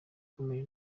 ikomeye